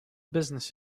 business